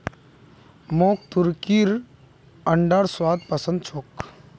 मोक तुर्कीर अंडार स्वाद पसंद छोक